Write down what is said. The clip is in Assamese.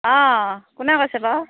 অঁ কোনে কৈছে বাও